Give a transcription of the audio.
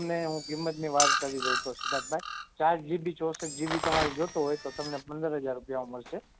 તમને હું કિંમતની વાત કરી દઉં તો સિધ્ધાર્થભાઈ ચાર જીબી ચોંસઠ જીબી તમારે જોઈતો હોય તો તમને પંદર હજાર રુપિયામાં મળશે